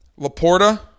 Laporta